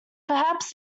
perhaps